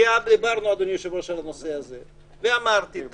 דיברנו על הנושא הזה ואמרתי,